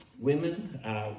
Women